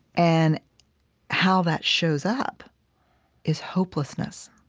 and how that shows up is hopelessness.